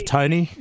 Tony